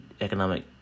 economic